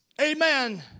Amen